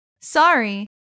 Sorry